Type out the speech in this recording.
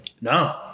No